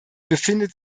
befindet